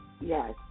yes